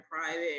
private